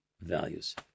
values